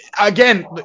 again